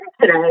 today